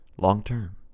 long-term